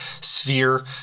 sphere